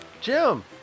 Jim